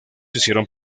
hicieron